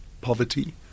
poverty